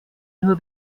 nur